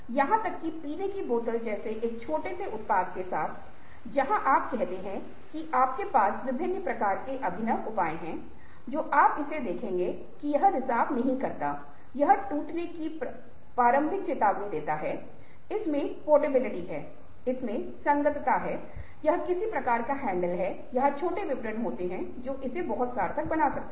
यहां तक कि पीने की बोतल जैसे एक छोटे से उत्पाद के साथ जहां आप कहते हैं कि आपके पास विभिन्न प्रकार के अभिनव उपाय हैं जो आप इसे देखेंगे कि यह रिसाव नहीं करता है यह टूटने की प्रारंभिक चेतावनी देता है इसमें पोर्टेबिलिटी है इसमें संगतता है यह किसी प्रकार का हैंडल है या छोटे विवरण होते हैं जो इसे बहुत सार्थक बनाते हैं